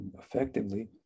effectively